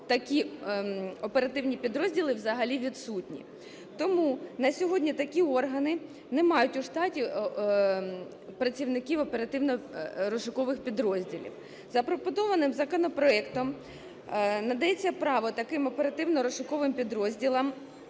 такі оперативні підрозділи взагалі відсутні. Тому на сьогодні такі органи не мають у штаті працівників оперативно-розшукових підрозділів. Запропонованим законопроектом надається право таким оперативно-розшуковим підрозділам